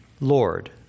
Lord